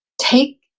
Take